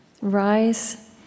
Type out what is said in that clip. rise